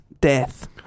death